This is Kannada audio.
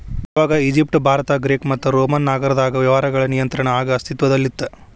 ಆವಾಗ ಈಜಿಪ್ಟ್ ಭಾರತ ಗ್ರೇಕ್ ಮತ್ತು ರೋಮನ್ ನಾಗರದಾಗ ವ್ಯವಹಾರಗಳ ನಿಯಂತ್ರಣ ಆಗ ಅಸ್ತಿತ್ವದಲ್ಲಿತ್ತ